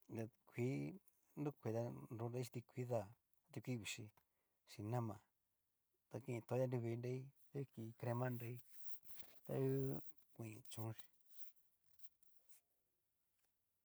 Na tikuii nrokoi ta nro nrai xin ti kuii da a ti kuii vichii, chin nama ta ken tualla nruvi nrai, ta ngu ki nrema nrai, ta ngu koin chónxi.